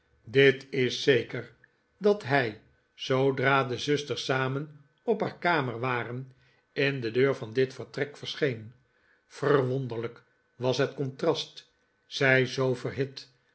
dit is zeker dat hij zoodra de zusters sameh op haar kamer waren in de deur van dit vertrek verscheen verwonderlijk was het contrast zij zoo verhit